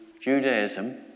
Judaism